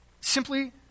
Simply